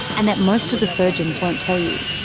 and that most of the surgeons won't tell you.